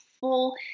full